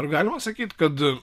ar galima sakyt kad